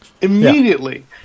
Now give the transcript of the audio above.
immediately